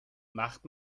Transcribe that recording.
macht